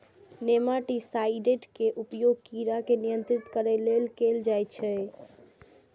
nematicides के उपयोग कीड़ा के नियंत्रित करै लेल कैल जाइ छै